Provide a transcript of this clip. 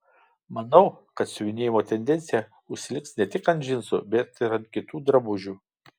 manau kad siuvinėjimo tendencija užsiliks ne tik ant džinsų bet ir ant kitų drabužių